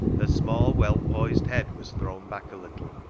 her small, well-poised head was thrown back a little.